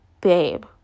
babe